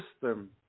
system